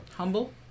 Humble